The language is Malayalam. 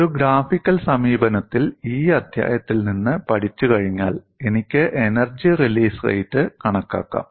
ഒരു ഗ്രാഫിക്കൽ സമീപനത്തിൽ ഈ അധ്യായത്തിൽ നിന്ന് പഠിച്ചുകഴിഞ്ഞാൽ എനിക്ക് എനർജി റിലീസ് റേറ്റ് കണക്കാക്കാം